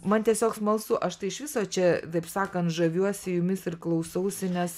man tiesiog smalsu aš tai iš viso čia taip sakant žaviuosi jumis ir klausausi nes